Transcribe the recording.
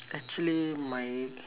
actually my